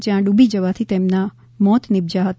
જયાં ડૂબી જવાથી તેમના મોત નીપજયા હતા